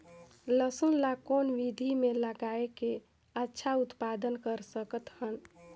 लसुन ल कौन विधि मे लगाय के अच्छा उत्पादन कर सकत हन?